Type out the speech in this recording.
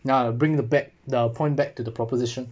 now bring the back the point back to the proposition